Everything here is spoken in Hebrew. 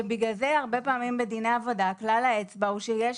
שבגלל זה הרבה פעמים בדיני עבודה כלל האצבע הוא שיש